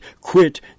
quit